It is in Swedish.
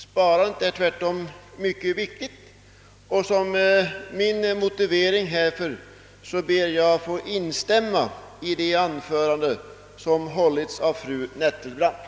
Sparandet är tvärtom enligt min mening mycket viktigt, och som min motivering för denna uppfattning ber jag att få instämma i det anförande som hållits av fru Nettelbrandt.